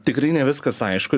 tikrai ne viskas aišku